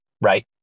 right